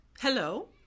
Hello